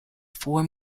four